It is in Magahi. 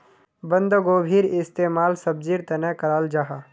बन्द्गोभीर इस्तेमाल सब्जिर तने कराल जाहा